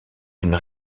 une